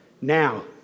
Now